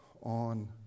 on